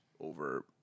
over